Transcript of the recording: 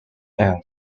and